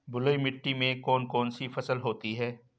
बलुई मिट्टी में कौन कौन सी फसल होती हैं?